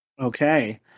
Okay